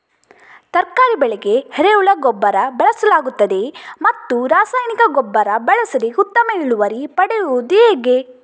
ತರಕಾರಿ ಬೆಳೆಗೆ ಎರೆಹುಳ ಗೊಬ್ಬರ ಬಳಸಲಾಗುತ್ತದೆಯೇ ಮತ್ತು ರಾಸಾಯನಿಕ ಗೊಬ್ಬರ ಬಳಸದೆ ಉತ್ತಮ ಇಳುವರಿ ಪಡೆಯುವುದು ಹೇಗೆ?